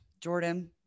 Jordan